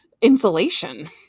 insulation